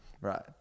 Right